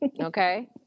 okay